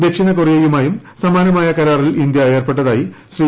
ദക്ഷിണ കൊറിയയുമായും സമാനമായ കരാറിൽ ഇന്ത്യ ഏർപ്പെട്ടതായി ശ്രീ